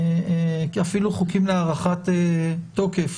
אפילו להארכת תוקף